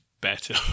better